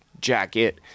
jacket